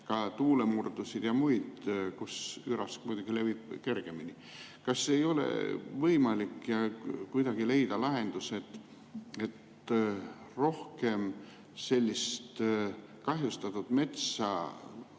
ka tuulemurdusid ja muid, kus ürask muidugi levib kergemini, kas ei ole võimalik kuidagi leida lahendust, et rohkem sellist kahjustatud metsa